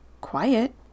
quiet